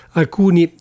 alcuni